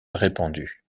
répandue